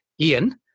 Ian